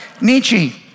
Nietzsche